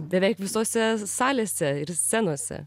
beveik visose salėse ir scenose